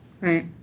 Right